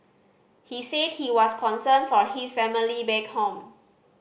he said he was concerned for his family back home